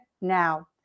now